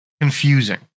confusing